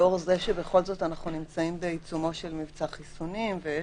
לאור זה שבכל זאת אנחנו נמצאים בעיצומו של מבצע חיסונים ויש